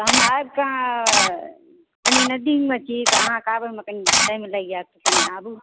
तहन आबिकऽ कनि नजदीकमे छी तऽ अहाँकेँ आबैमे कनि टाइम लागि जायत कनि आबू